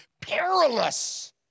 perilous